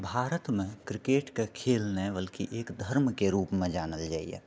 भारतमे क्रिकेटके खेल नहि बल्कि एक धर्मके रूपमे जानल जाइए